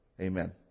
Amen